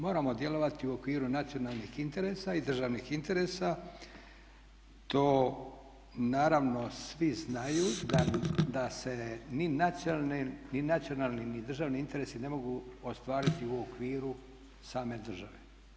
Moramo djelovati u okviru nacionalnih interesa i državnih interesa, to naravno svi znaju da se ni nacionalni ni državni interesi ne mogu ostvariti u okviru same države.